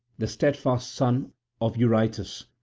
the steadfast son of eurytus,